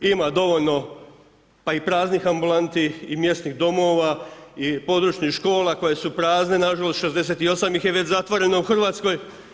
Ima dovoljno, pa i praznih ambulanti i mjesnih domova i područnih škola koje su prazne nažalost, 68 ih je već zatvoreno u Hrvatskoj.